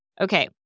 Okay